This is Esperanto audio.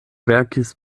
verkis